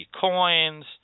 coins